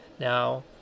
Now